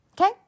Okay